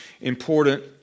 important